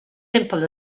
simple